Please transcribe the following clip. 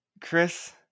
Chris